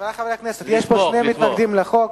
חברי חברי הכנסת, יש שני מתנגדים לחוק.